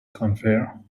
confer